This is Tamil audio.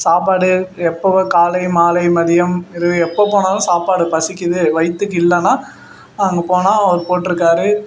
சாப்பாடு எப்போவும் காலை மாலை மதியம் இல்லை எப்போப் போனாலும் சாப்பாடு பசிக்கிறது வயிற்றுக்கு இல்லைனா அங்கேப் போனால் அவர் போட்டிருக்காரு